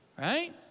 Right